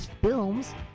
films